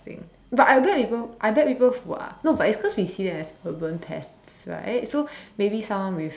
but I bet people I bet people who are no but it's cause we see them as urban pests right so maybe someone with